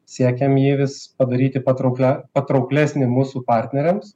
siekiam jį vis padaryti patrauklia patrauklesnį mūsų partneriams